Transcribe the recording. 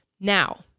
Now